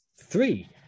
three